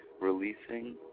releasing